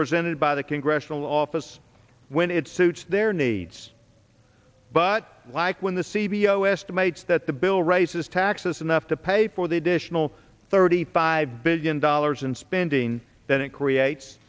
presented by the congressional office when it suits their needs but like when the c b o estimates that the bill raises taxes enough to pay for the additional thirty five billion dollars in spending that it creates